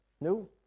No